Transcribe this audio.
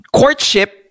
courtship